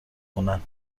خونهت